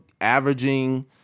averaging